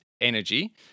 energy